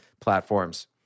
platforms